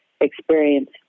Experience